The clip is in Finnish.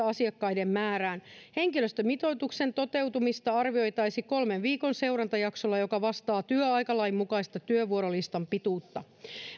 asiakkaiden määrään henkilöstömitoituksen toteutumista arvioitaisiin kolmen viikon seurantajaksolla joka vastaa työaikalain mukaista työvuorolistan pituutta